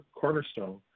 cornerstone